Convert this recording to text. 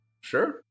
sure